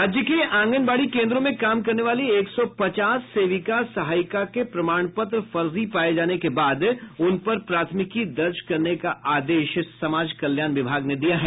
राज्य के आंगनबाड़ी केन्द्रों में काम करने वाली एक सौ पचास सेविका सहायिका के प्रमाण पत्र फर्जी पाये जाने के बाद उन पर प्राथमिकी दर्ज करने का आदेश समाज कल्याण विभाग ने दिया है